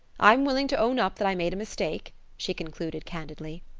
i'm willing to own up that i made a mistake, she concluded candidly,